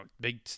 big